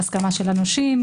של הנושים,